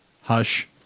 Hush